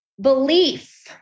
Belief